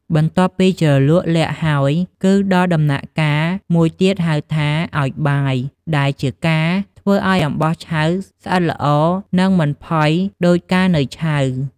បន្ទាប់ពីជ្រលក់ល័ក្តហើយគឺដល់ដំណាក់កាលមួយទៀតហៅថាឲ្យបាយ ដែលជាការធ្វើឲ្យអំបោះឆៅស្អិតល្អនិងមិនផុយដូចកាលនៅឆៅ។